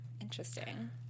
interesting